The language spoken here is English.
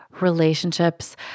relationships